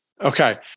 Okay